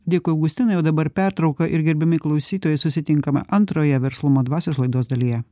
dėkui augustinai o dabar pertrauka ir gerbiami klausytojai susitinkame antroje verslumo dvasios laidos dalyje